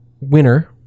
winner